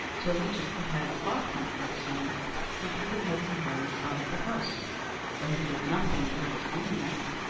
till he took the heads off my twelve sons and threw the heads and bodies out of the house but he did nothing to hurt his own neck.